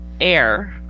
air